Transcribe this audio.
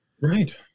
Right